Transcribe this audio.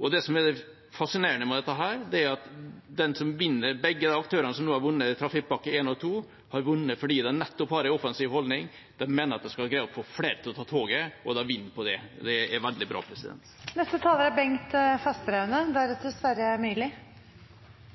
Og det som er det fascinerende med dette, er at begge aktørene som nå har vunnet henholdsvis Trafikkpakke 1 og 2, har vunnet fordi de nettopp har en offensiv holdning. De mener at de skal greie å få flere til å ta toget, og de vinner på det. Det er veldig bra. Debatten har jo gått, og den er